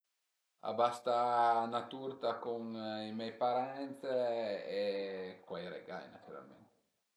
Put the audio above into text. A basta na turta cun i mei parent e cuai regai natüralment